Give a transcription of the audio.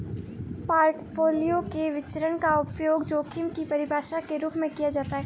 portfolio के विचरण का उपयोग जोखिम की परिभाषा के रूप में किया जाता है